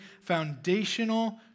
foundational